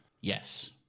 Yes